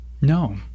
No